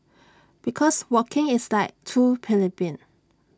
because walking is like too plebeian